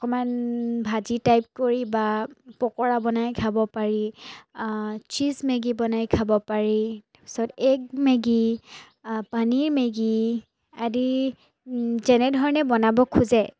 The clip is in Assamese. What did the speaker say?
অকণমান ভাজি টাইপ কৰি বা পকৰা বনাই খাব পাৰি চিজ মেগি বনাই খাব পাৰি তাৰপিছত এগ মেগি পনীৰ মেগি আদি যেনেধৰণে বনাব খোজে